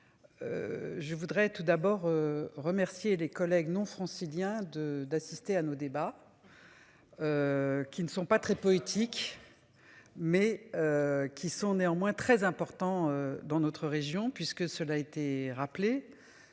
Je voudrais tout d'abord remercier les collègues non franciliens de d'assister à nos débats. Qui ne sont pas très poétique. Mais. Qui sont néanmoins très important dans notre région, puisque cela a été rappelé.